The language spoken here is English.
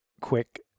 quick